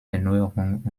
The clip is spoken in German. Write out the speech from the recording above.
erneuerung